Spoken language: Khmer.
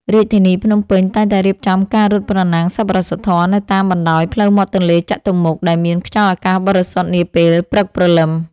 រាជធានីភ្នំពេញ តែងតែរៀបចំការរត់ប្រណាំងសប្បុរសធម៌នៅតាមបណ្ដោយផ្លូវមាត់ទន្លេចតុមុខ ដែលមានខ្យល់អាកាសបរិសុទ្ធនាពេលព្រឹកព្រលឹម។